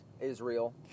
Israel